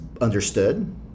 understood